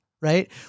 right